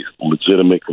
legitimate